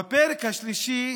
בפרק השלישי